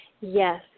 Yes